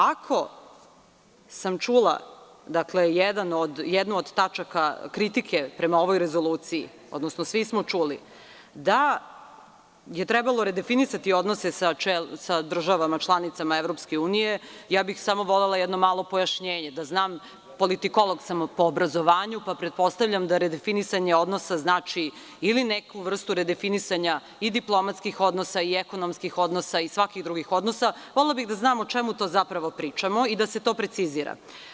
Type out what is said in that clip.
Ako sam čula jednu od tačaka kritike prema ovoj rezoluciji, odnosno smi smo čuli, da je trebalo redefinisati odnose sa državama članicama EU, ja bih samo volela jedno malo pojašnjenje da znam, politikolog sam po obrazovanju, pa pretpostavljam da redefinisanje odnosa znači ili neku vrstu redefinisanja i diplomatskih odnosa i ekonomskih odnosa i svakih drugih odnosa, volela bih da znam o čemu to zapravo pričamo i da se to precizira.